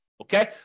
Okay